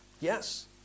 Yes